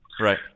Right